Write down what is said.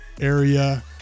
area